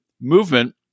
movement